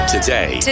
Today